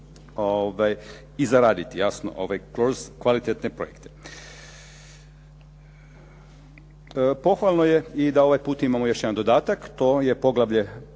i zaraditi jasno ove kvalitetne projekte. Pohvalno je i da ovaj put imamo još jedan dodatak, to je poglavlje